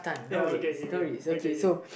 ya okay okay okay okay okay okay